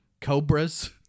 Cobras